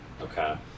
Okay